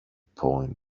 point